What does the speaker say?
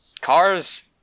cars